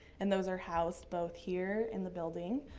and those are housed both here in the building.